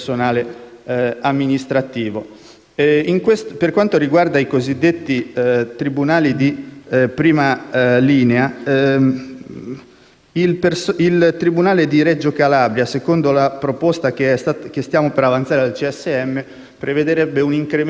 Per quanto riguarda i cosiddetti tribunali di prima linea, il tribunale di Reggio Calabria, secondo la proposta che stiamo per avanzare al Consiglio superiore della magistratura, prevedrebbe un incremento nella pianta organica di sette unità,